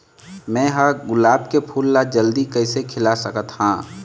मैं ह गुलाब के फूल ला जल्दी कइसे खिला सकथ हा?